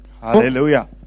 Hallelujah